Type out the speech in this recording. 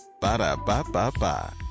Ba-da-ba-ba-ba